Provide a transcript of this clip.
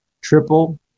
Triple